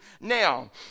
Now